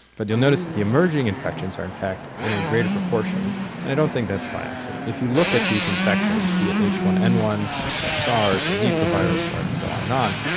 but you'll notice that the emerging infections are in fact in a greater proportion, and i don't think that's by accident. if you look at these infections, be it h one n one or sars or nipah virus or i could go on and on,